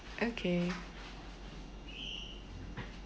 okay